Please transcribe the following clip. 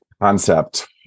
concept